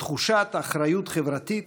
תחושת אחריות חברתית,